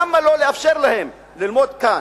למה לא לאפשר להם ללמוד כאן,